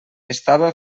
estava